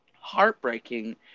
heartbreaking